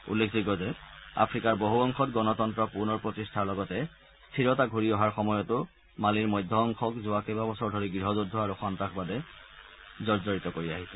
উল্লেখযোগ্য যে আফ্ৰিকাৰ বহু অংশত গণতন্ত্ৰ পুনৰ প্ৰতিষ্ঠাৰ লগতে স্থিৰতা ঘূৰি অহাৰ সময়তো মালিৰ মধ্য অংশক যোৱা কেইবাবছৰ ধৰি গৃহযুদ্ধ আৰু সন্নাসবাদে জৰ্জৰিত কৰি আহিছে